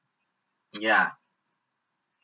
ya